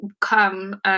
Come